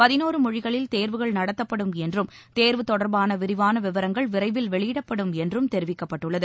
பதினோரு மொழிகளில் தேர்வுகள் நடத்தப்படும் என்றும் தேர்வு தொடர்பான விரிவான விவரங்கள் விரைவில் வெளியிடப்படும் என்றும் தெரிவிக்கப்பட்டுள்ளது